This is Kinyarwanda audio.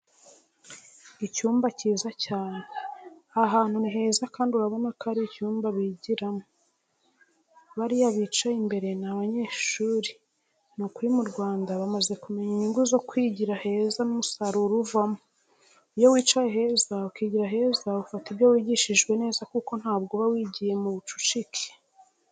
Icyumba cyiza cyane, aha hantu ni heza kandi urabona ko ari icyumba bigiramo. Bariya bicaye imbere ni abanyeshuri nukuri mu Rwanda bamaze kumenya inyungu zo kwigira heza n'umusaruro uvamo. Iyo wicaye heza ukigira heza ufata ibyo wigishijwe neza kuko ntabwo uba wigiye mu bucucike.